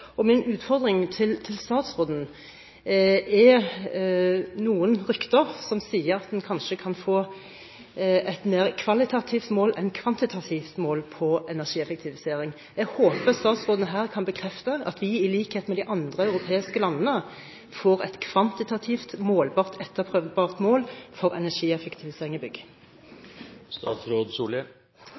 og min utfordring til statsråden gjelder noen rykter som sier at en kanskje kan få et mer kvalitativt enn kvantitativt mål for energieffektivisering. Jeg håper statsråden her kan bekrefte at vi i likhet med de andre europeiske landene får et kvantitativt målbart etterprøvbart mål for energieffektivisering i bygg.